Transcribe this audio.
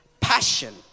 passion